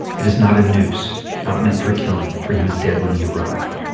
it is not a noose, not meant for killing, for he was dead when he arrived.